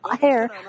hair